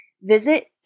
Visit